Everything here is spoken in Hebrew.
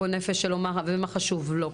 כאשר העונש לפי החוק הוא קנס -- לא,